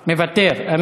לא, סליחה.